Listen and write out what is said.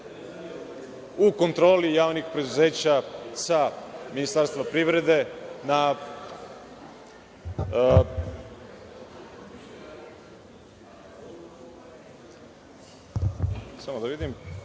u kontroli javnih preduzeća sa Ministarstva privrede na…